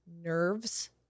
nerves